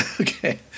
okay